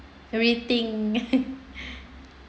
rethink